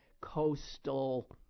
coastal